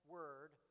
word